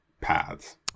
paths